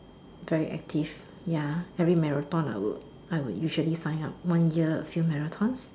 very active ya every marathon I would I would usually sign up one year a few marathons